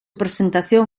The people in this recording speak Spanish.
presentación